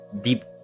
deep